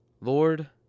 Lord